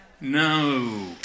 No